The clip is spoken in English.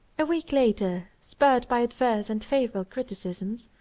a week later, spurred by adverse and favorable criticism,